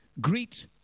Greet